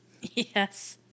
Yes